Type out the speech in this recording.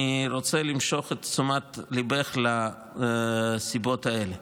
אני רוצה למשוך את תשומת ליבך לסיבות האלה,